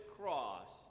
cross